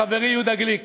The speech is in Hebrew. מחברי יהודה גליק.